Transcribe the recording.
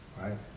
Right